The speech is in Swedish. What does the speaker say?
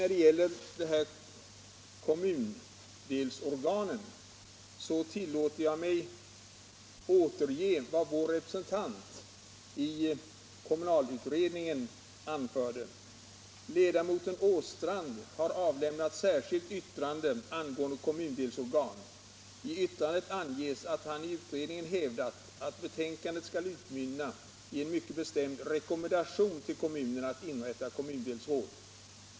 Vad gäller kommundelsorganen tillåter jag mig återge vad moderata samlingspartiets representant i kommunalutredningen anfört. Ledamoten Åstrand har avlämnat särskilt yttrande angående kommundelsorgan. I yttrandet anges att han i utredningen hävdat att betänkandet skall utmynna i en mycket bestämd rekommendation till kommunerna att inrätta kommundelsråd.